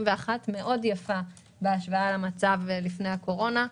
יפה מאוד בהשוואה למצב לפני הקורונה.